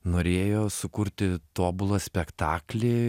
norėjo sukurti tobulą spektaklį